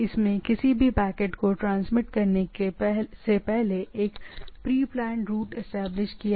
इसलिए किसी भी पैकेट से पहले एक प्रीप्लांड रूट् एस्टेब्लिश किया जाता है